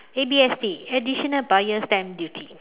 A_B_S_D additional buyer's stamp duty